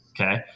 Okay